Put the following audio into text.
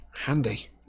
Handy